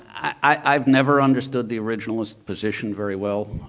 i've never understood the originalist position very well